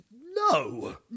No